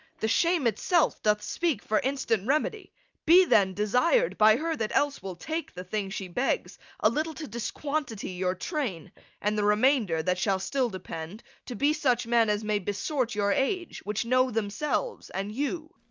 the shame itself doth speak for instant remedy be, then desir'd by her that else will take the thing she begs a little to disquantity your train and the remainder, that shall still depend, to be such men as may besort your age, which know themselves, and you.